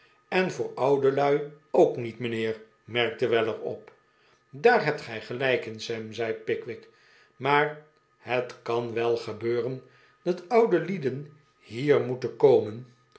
en voor oude lui ook niet mijnheer merkte weller op daar hebt gij gelijk in sam zei pickwick maar het kan wel gebeuren dat oude lieden hier moeten komen